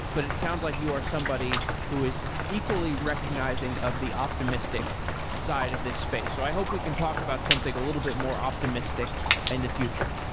but it sounds like you are somebody who is equally recognizing of the optimistic side of this space. i hope we can talk about something a little bit more optimistic in and the future